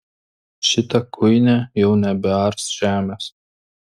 šita kuinė jau nebears žemės